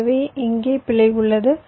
எனவே இங்கே பிழை உள்ளது